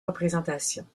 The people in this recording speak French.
représentations